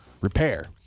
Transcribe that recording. repair